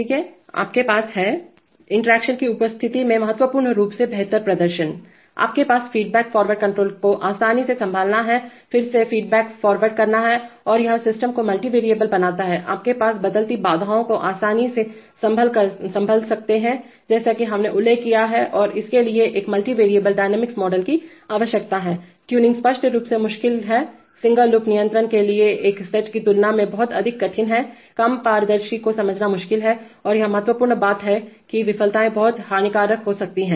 ठीक है तो आपके पास है इंटरेक्शन की उपस्थिति में महत्वपूर्ण रूप से बेहतर प्रदर्शनआपके पास फीड फ़ॉरवर्ड कंट्रोल को आसानी से संभालना है फ़िर से फीड फ़ॉरवर्ड करना है और यह सिस्टम को मल्टीवार्जेबल बनता हैंआपके पास बदलती बाधाओं को आसानी से संभल सकते हैंजैसा कि हमने उल्लेख किया है और इसके लिए एक मल्टीवैलिबल डायनेमिक मॉडल की आवश्यकता है ट्यूनिंग स्पष्ट रूप से मुश्किल हैसिंगल लूप नियंत्रण के एक सेट की तुलना में बहुत अधिक कठिन हैकम पारदर्शी को समझना मुश्किल है और यह महत्वपूर्ण बात हैकि विफलताएं बहुत हानिकारक हो सकती हैं